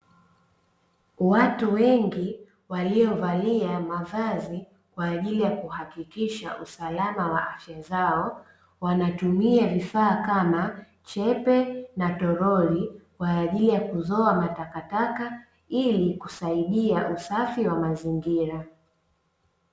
Watu wengi waliovalia mavazi kwa ajili ya kuhakikisha usalama wa afya zao, wanatumia vifaa kama chepe na toroli kwa ajili ya kuzoa matakataka, ili kusaidia usafi wa mazingira.